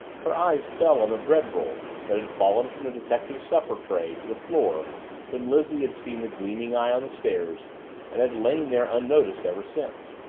her eyes fell on the bread roll that had fallen from the detective's supper tray to the floor when lizzie had seen the gleaming eye on the stairs and had lain there unnoticed ever since.